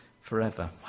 forever